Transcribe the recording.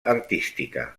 artística